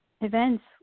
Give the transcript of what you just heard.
events